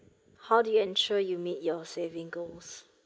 how do you ensure you make your saving goals